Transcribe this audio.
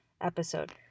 episode